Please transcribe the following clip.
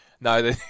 No